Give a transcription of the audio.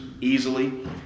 easily